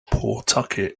pawtucket